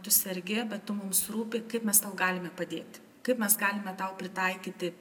tu sergi bet tu mums rūpi kaip mes galime padėti kaip mes galime tau pritaikyti